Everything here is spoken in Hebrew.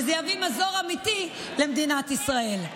וזה יביא מזור אמיתי למדינת ישראל.